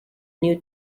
new